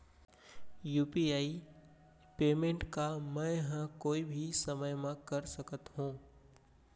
UPI payment का मैं ह कोई भी समय म कर सकत हो?